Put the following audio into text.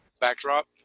backdrop